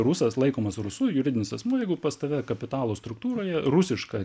rusas laikomas rusu juridinis asmuo jeigu pas tave kapitalo struktūroje rusiška